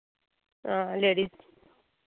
हां लेडी